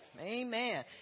Amen